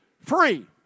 Free